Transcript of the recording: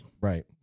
right